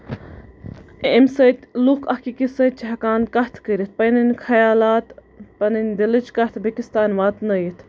امہِ سۭتۍ لوٗکھ اکھ أکِس سۭتۍ چھِ ہٮ۪کان کَتھ کٔرِتھ پَنٕنٮ۪ن خَیالات پَنٕنۍ دِلٕچ کَتھ بیٚیہِ کِس تام واتنٲوِتھ